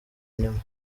nyuma